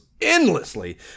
endlessly